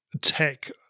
tech